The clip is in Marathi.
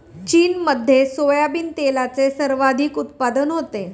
चीनमध्ये सोयाबीन तेलाचे सर्वाधिक उत्पादन होते